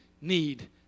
need